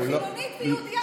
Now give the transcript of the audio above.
חילונית ויהודייה.